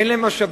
אין להן משאבים,